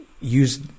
use